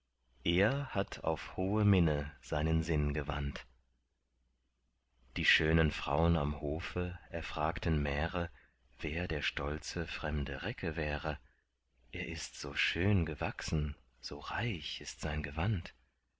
er hatt auf hohe minne seinen sinn gewandt die schönen fraun am hofe erfragten märe wer der stolze fremde recke wäre er ist so schön gewachsen so reich ist sein gewand